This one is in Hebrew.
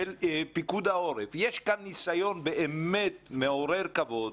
של פיקוד העורף ניסיון באמת מעורר כבוד